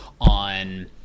on